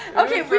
okay,